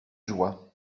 joie